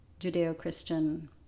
Judeo-Christian